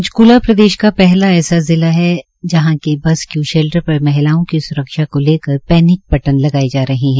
पंचकूला प्रदेश का पहला ऐसा जिला है यहाँ के बस क्यू शेल्टर पर महिलाओं की स्रक्षा को लेकर पैनिक बटन लगाए जा रहे हैं